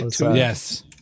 Yes